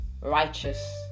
righteous